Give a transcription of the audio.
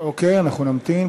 אנחנו נמתין,